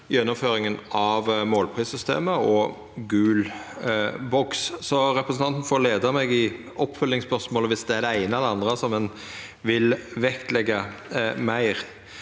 gjennomføringa av målprissystemet og gul boks. Representanten får leia meg i oppfølgingsspørsmåla viss det er det eine eller andre han vil vektleggja meir.